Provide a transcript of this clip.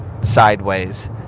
sideways